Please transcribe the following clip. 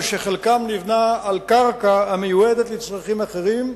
וחלקם נבנו על קרקע המיועדת לצרכים אחרים,